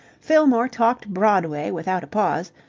fillmore talked broadway without a pause,